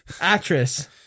Actress